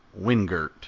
Wingert